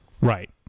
Right